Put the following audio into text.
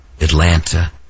Atlanta